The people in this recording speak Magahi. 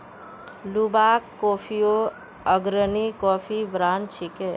लुवाक कॉफियो अग्रणी कॉफी ब्रांड छिके